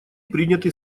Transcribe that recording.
приняты